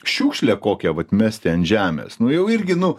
šiukšlę kokią vat mesti ant žemės nu jau irgi nu